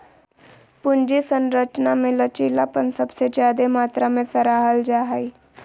पूंजी संरचना मे लचीलापन सबसे ज्यादे मात्रा मे सराहल जा हाई